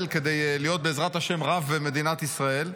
כדי להיות בעזרת השם רב במדינת ישראל.